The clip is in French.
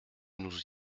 nous